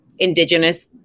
indigenous